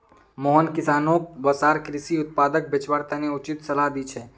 मोहन किसानोंक वसार कृषि उत्पादक बेचवार तने उचित सलाह दी छे